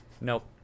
Nope